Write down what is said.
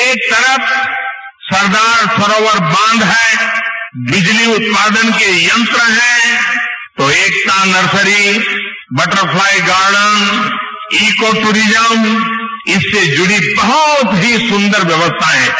एक तरफ सरदार सरोवर बांध है बिजली उत्पादन के यंत्र है तो Ekta nursery butterfly garden eco tourism इससे जुड़ी बहुत ही सुदर व्यवस्थाएं हैं